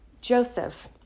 Joseph